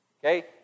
Okay